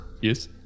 yes